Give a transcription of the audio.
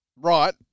Right